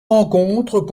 rencontres